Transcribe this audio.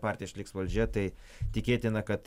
partija išliks valdžioje tai tikėtina kad